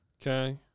Okay